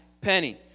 penny